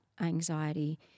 anxiety